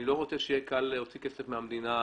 אני לא רוצה שיהיה קל להוציא כסף מהמדינה,